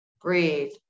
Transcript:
breathe